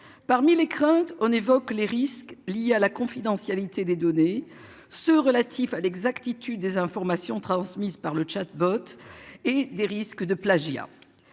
Parmi les craintes, on évoque les risques liés à la confidentialité des données. Ce relatif à l'exactitude des informations transmises par le Tchad bottes et des risques de plagiats.